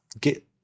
get